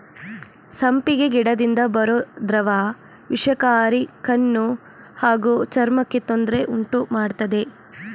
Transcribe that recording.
ಸಂಪಿಗೆ ಗಿಡದಿಂದ ಬರೋ ದ್ರವ ವಿಷಕಾರಿ ಕಣ್ಣು ಹಾಗೂ ಚರ್ಮಕ್ಕೆ ತೊಂದ್ರೆ ಉಂಟುಮಾಡ್ತದೆ